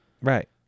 Right